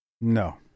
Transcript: No